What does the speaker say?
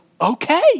okay